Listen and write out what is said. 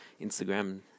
Instagram